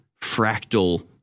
fractal